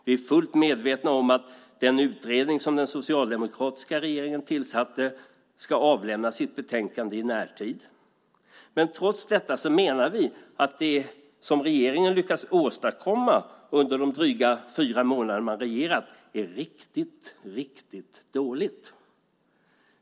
Vi är fullt medvetna om att den utredning som den socialdemokratiska regeringen tillsatte ska avlämna sitt betänkande i närtid. Men trots detta menar vi att det som regeringen har lyckats åstadkomma under de dryga fyra månader som man har regerat är riktigt riktigt dåligt.